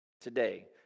today